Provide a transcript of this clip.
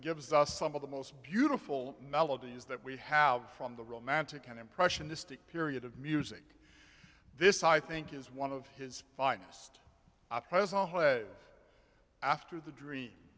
gives us some of the most beautiful melodies that we have from the romantic an impressionistic period of music this i think is one of his finest after the dream